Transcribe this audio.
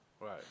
right